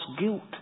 guilt